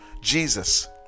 Jesus